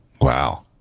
Wow